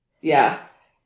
Yes